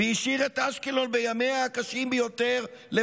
והשאיר את אשקלון לבד בימיה הקשים ביותר.